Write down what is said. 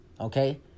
Okay